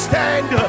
Stand